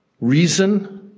reason